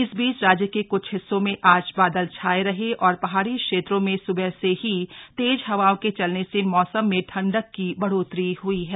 इस बीच राज्य के कुछ हिस्सों में आज बादल छाये रहे और पहाड़ी क्षेत्रों में सुबह से ही तेज हवाओं के चलने से मौसम में ठंडक की बढोत्तरी हयी है